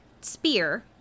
spear